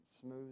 smooth